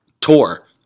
tour